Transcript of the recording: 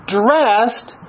dressed